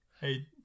hey